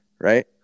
right